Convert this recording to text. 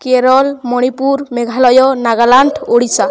Kerala Manipur Meghalaya Nagaland Odisha